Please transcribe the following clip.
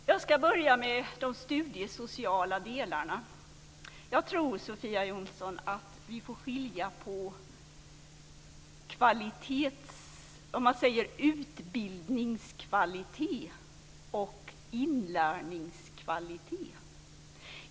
Herr talman! Jag ska börja med de studiesociala delarna. Jag tror, Sofia Jonsson, att vi får skilja på utbildningskvalitet och inlärningskvalitet.